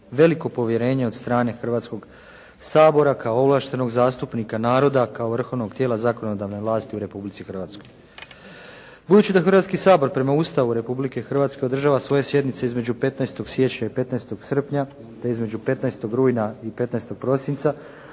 veliko od strane Hrvatskog sabora kao ovlaštenog zastupnika naroda kao vrhovnog tijela zakonodavne vlasti u Republici Hrvatskoj. Budući da Hrvatski sabor prema Ustavu Republike Hrvatske održava svoje sjednice između 15. siječnja i 15. srpnja, te između 15. rujna i 15. prosinca,